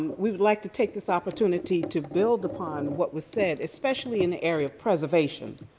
we would like to take this opportunity to build upon what was said, especially in the area of preservation.